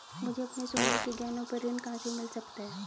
मुझे अपने सोने के गहनों पर ऋण कहां से मिल सकता है?